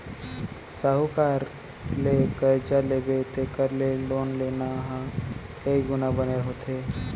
साहूकार ले करजा लेबे तेखर ले लोन लेना ह कइ गुना बने होथे